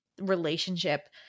relationship